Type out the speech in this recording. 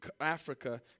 Africa